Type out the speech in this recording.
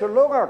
שלא רק,